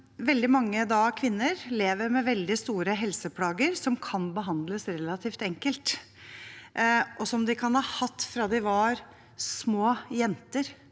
veldig mange kvinner lever med veldig store helseplager som kan behandles relativt enkelt, og som de kan ha hatt fra de var små jenter.